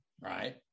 right